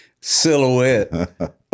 silhouette